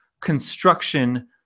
construction